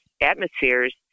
atmospheres